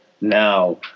now